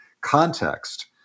context